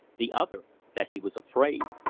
the other that he was afraid.